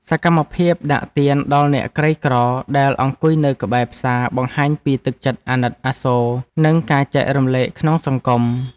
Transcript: សកម្មភាពដាក់ទានដល់អ្នកក្រីក្រដែលអង្គុយនៅក្បែរផ្សារបង្ហាញពីទឹកចិត្តអាណិតអាសូរ និងការចែករំលែកក្នុងសង្គម។